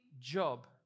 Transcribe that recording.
job